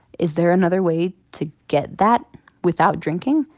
is there another way to get that without drinking?